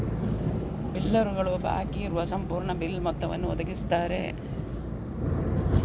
ಬಿಲ್ಲರುಗಳು ಬಾಕಿ ಇರುವ ಸಂಪೂರ್ಣ ಬಿಲ್ ಮೊತ್ತವನ್ನು ಒದಗಿಸುತ್ತಾರೆ